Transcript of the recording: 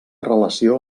relació